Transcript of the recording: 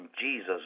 Jesus